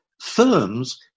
firms